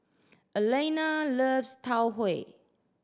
Elaina loves Tau Huay